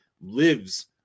lives